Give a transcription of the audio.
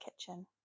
kitchen